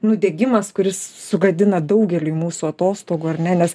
nudegimas kuris sugadina daugeliui mūsų atostogų ar ne nes